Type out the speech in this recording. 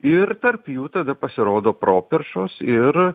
ir tarp jų tada pasirodo properšos ir